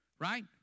Right